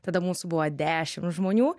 tada mūsų buvo dešimt žmonių